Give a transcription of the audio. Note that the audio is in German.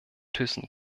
thyssen